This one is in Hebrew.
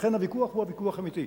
לכן, הוויכוח הוא ויכוח אמיתי.